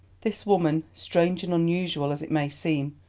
this woman, strange and unusual as it may seem,